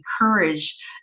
encourage